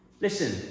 Listen